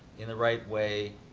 in the right way,